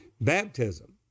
Baptism